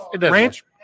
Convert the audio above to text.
Ranch